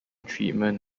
treatment